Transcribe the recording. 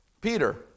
Peter